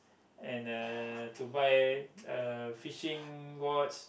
and the to buy uh fishing boards